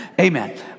Amen